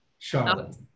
Charlotte